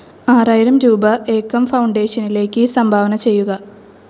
ആറായിരം രൂപ ഏക്കം ഫൗണ്ടേഷനിലേക്ക് സംഭാവന ചെയ്യുക